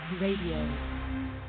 Radio